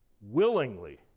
Willingly